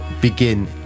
begin